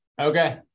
Okay